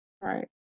Right